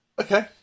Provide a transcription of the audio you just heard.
okay